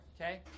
okay